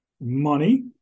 money